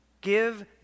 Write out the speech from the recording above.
Give